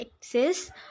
exists